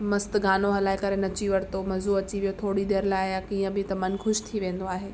मस्त गानो हलाए करे नची वरितो मजो थोरी देरि लाइ जीअं बि त मन ख़ुशि थी वेंदो आहे